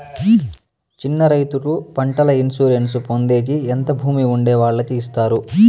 చిన్న రైతుకు పంటల ఇన్సూరెన్సు పొందేకి ఎంత భూమి ఉండే వాళ్ళకి ఇస్తారు?